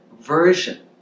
version